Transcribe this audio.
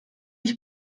ich